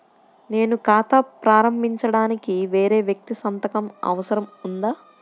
నేను ఖాతా ప్రారంభించటానికి వేరే వ్యక్తి సంతకం అవసరం ఉందా?